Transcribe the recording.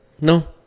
No